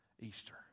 Easter